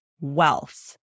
wealth